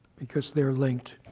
because they're linked